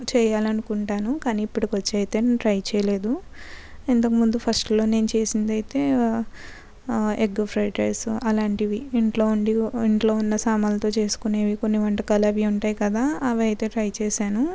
చేయాలనుకుంటాను కానీ ఇప్పుడు వచ్చే అయితే నేను ట్రై చేయలేదు ఇంతకు ముందు ఫస్ట్లో నేను చేసింది అయితే ఎగ్ ఫ్రైడ్ రైస్ అలాంటివి ఇంట్లో ఉండి ఇంట్లో ఉన్న సామానులతో చేసుకునేవి కొన్ని వంటకాలు అవి ఉంటాయి కదా అవి అయితే ట్రై చేశాను